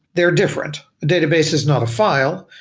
they are different. database is not a file,